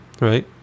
right